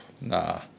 nah